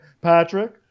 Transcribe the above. Patrick